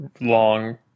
long